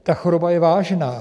Ta choroba je vážná.